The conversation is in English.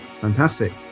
fantastic